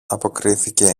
αποκρίθηκε